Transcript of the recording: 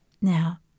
Now